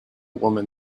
women